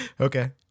Okay